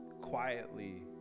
quietly